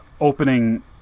opening